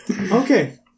Okay